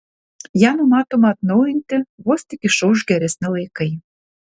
ją numatoma atnaujinti vos tik išauš geresni laikai